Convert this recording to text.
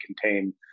contain